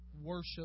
worship